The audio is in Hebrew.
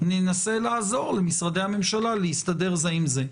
ננסה לעזור למשרד הממשלה להסתדר זה עם זה.